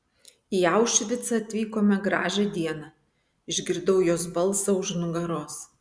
į aušvicą atvykome gražią dieną išgirdau jos balsą už nugaros